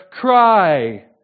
cry